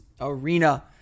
Arena